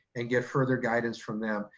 and get further guidance from them.